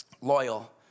loyal